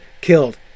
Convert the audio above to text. killed